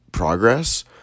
progress